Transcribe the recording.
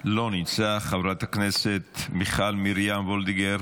לא נמצא, חברת הכנסת מיכל מרים וולדיגר,